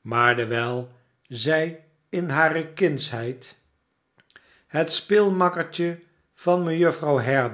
maar dewijl zij in hare kindsheid het speelmakkertje van mejuffer